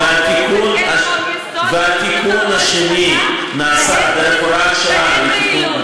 היא התנגדה אז לשני התיקונים, לא,